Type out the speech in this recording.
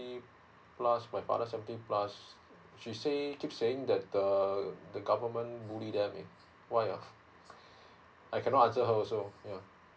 sixty plus my father seventy she say keep saying the the government bully them eh what ah I cannot answer her also yeah